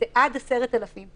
זה עד 10,000 שקלים.